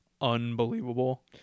unbelievable